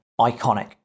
iconic